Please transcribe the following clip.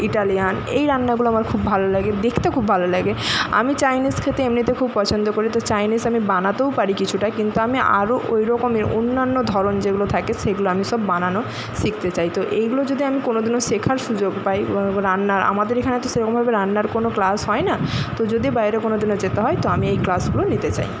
Italian এই রান্নাগুলো আমার খুব ভালো লাগে দেখতে খুব ভালো লাগে আমি চাইনিজ খেতে এমনিতে খুব পছন্দ করি তো চাইনিজ আমি বানাতেও পারি কিছুটা কিন্তু আমি আরো ওই রকমের অন্যান্য ধরণ যেগুলো থাকে সেগুলো আমি সব বানানো শিখতে চাই তো এইগুলো যদি আমি কোনো দিনও শেখার সুযোগ পাই রান্নার আমাদের এখানে তো সেরকমভাবে রান্নার কোনো ক্লাস হয় না তো যদি বাইরে কোনো দিনও যেতে হয় তো আমি এই ক্লাসগুলো নিতে চাই